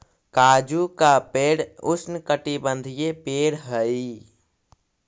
काजू का पेड़ उष्णकटिबंधीय पेड़ हई